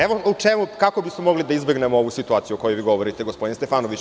Evo kako bismo mogli da izbegnemo ovu situaciju o kojoj vi govorite, gospodine Stefanoviću.